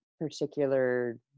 particular